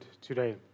today